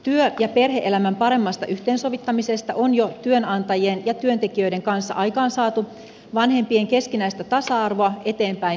työ ja perhe elämän paremmasta yhteensovittamisesta on jo työnantajien ja työntekijöiden kanssa aikaansaatu vanhempien keskinäistä tasa arvoa eteenpäin vievä ratkaisu